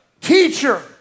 Teacher